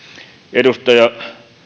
edustaja